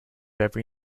every